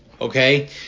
Okay